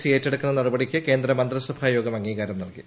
C ഏറ്റെടുക്കുന്ന നടപടിക്ക് കേന്ദ്രമന്ത്രിസഭായോഗം അംഗീകാരം നൽകി